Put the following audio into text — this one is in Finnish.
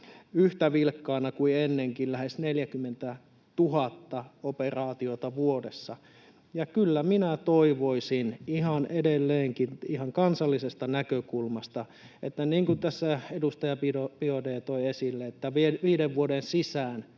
yhtä vilkkaana kuin ennenkin, lähes 40 000 operaatiota vuodessa. Kyllä minä toivoisin, ihan edelleenkin, ihan kansallisesta näkökulmasta, niin kuin tässä edustaja Biaudet toi esille, että kun viiden vuoden sisään